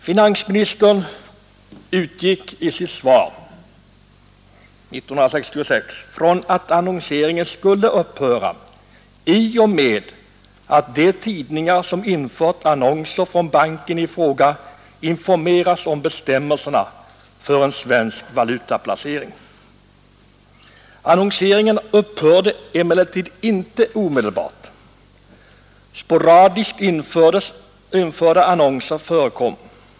Finansministern utgick i sitt svar 1966 från att annonseringen skulle upphöra i och med att de tidningar som infört annonser från banken i fråga informerats om bestämmelserna för en svensk valutaplacering. Annonseringen upphörde emellertid inte omedelbart. Sporadiskt införda annonser förekom.